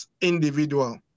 individual